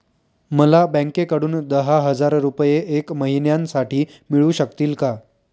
मला बँकेकडून दहा हजार रुपये एक महिन्यांसाठी मिळू शकतील का?